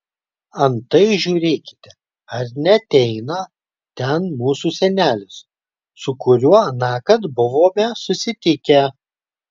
antai žiūrėkite ar neateina ten mūsų senelis su kuriuo anąkart buvome susitikę